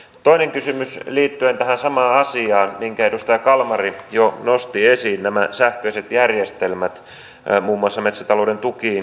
toinen kysymys liittyen tähän samaan asiaan minkä edustaja kalmari jo nosti esiin nämä sähköiset järjestelmät muun muassa metsätalouden tukiin liittyen